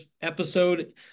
episode